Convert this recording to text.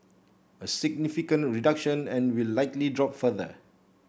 a significant reduction and will likely drop further